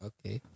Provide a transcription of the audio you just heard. Okay